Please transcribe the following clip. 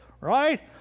Right